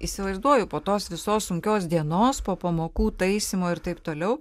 įsivaizduoju po tos visos sunkios dienos po pamokų taisymo ir taip toliau